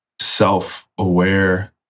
self-aware